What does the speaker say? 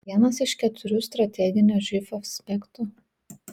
vienas iš keturių strateginio živ aspektų